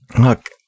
Look